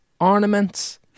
ornaments